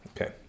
Okay